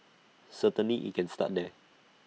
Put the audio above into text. certainly IT can start there